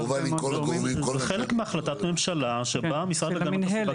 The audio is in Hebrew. זה חלק מהחלטת ממשלה שבה המשרד להגנת הסביבה